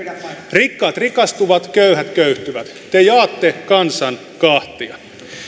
rikkaat rikastuvat köyhät köyhtyvät te jaatte kansan kahtia